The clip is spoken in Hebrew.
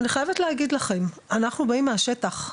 ואני חייבת להגיד לכם, אנחנו באים מהשטח,